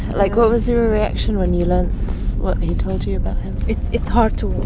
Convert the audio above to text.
like, what was your ah reaction when you learned what he told you you about him? it's it's hard to